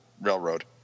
railroad